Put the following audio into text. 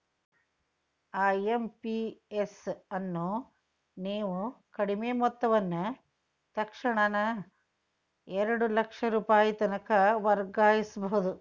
IMPS ಅನ್ನು ನೇವು ಕಡಿಮಿ ಮೊತ್ತವನ್ನ ತಕ್ಷಣಾನ ಎರಡು ಲಕ್ಷ ರೂಪಾಯಿತನಕ ವರ್ಗಾಯಿಸ್ಬಹುದು